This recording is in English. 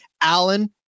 Allen